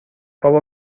بابا